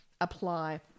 apply